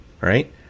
right